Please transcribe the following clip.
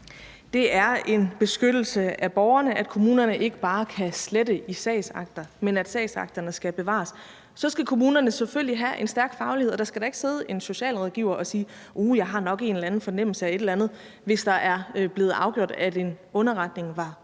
Det er en beskyttelse af borgerne, at kommunerne ikke bare kan slette i sagsakter, men at sagsakterne skal bevares. Så skal kommunerne selvfølgelig have en stærk faglighed, og der skal da ikke sidde en socialrådgiver og sige: Uh, jeg har nok en eller anden fornemmelse af et eller andet. Der skal der ikke, hvis det er blevet afgjort, at en underretning var grundløs.